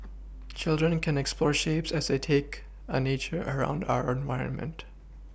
children can explore shapes as they take a nature around our environment